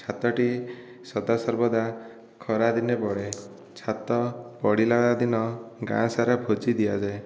ଛାତଟି ସଦାସର୍ବଦା ଖରାଦିନେ ପଡ଼େ ଛାତ ପଡ଼ିଲା ଦିନ ଗାଁ ସାରା ଭୋଜି ଦିଆଯାଏ